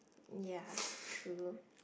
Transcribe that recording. ya true